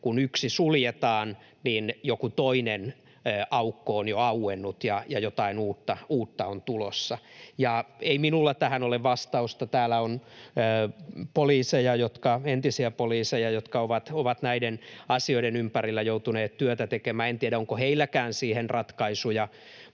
kun yksi suljetaan, niin jokin toinen aukko on jo auennut ja jotain uutta on tulossa. Ei minulla tähän ole vastausta. Täällä on entisiä poliiseja, jotka ovat näiden asioiden ympärillä joutuneet työtä tekemään. En tiedä, onko heilläkään siihen ratkaisuja,